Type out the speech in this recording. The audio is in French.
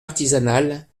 artisanale